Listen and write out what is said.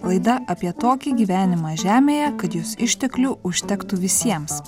laida apie tokį gyvenimą žemėje kad jos išteklių užtektų visiems